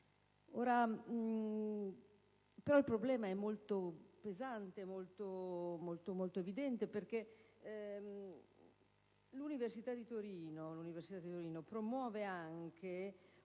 Torino. Il problema è molto pesante ed evidente, perché l'università di Torino promuove anche